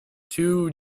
two